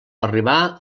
arribar